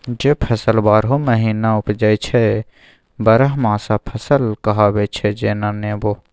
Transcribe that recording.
जे फसल बारहो महीना उपजै छै बरहमासा फसल कहाबै छै जेना नेबो